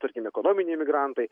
tarkim ekoniminiai migrantai